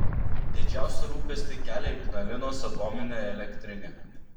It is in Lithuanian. didžiausią rūpestį kelia ignalinos atominė elektrinė